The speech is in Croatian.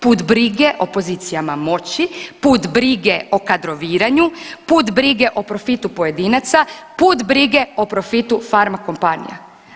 Put brige o pozicijama moći, put brige o kadroviranju, put brige o profitu pojedinaca, put brige o profitu farma-kompanija.